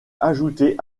ajouté